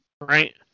Right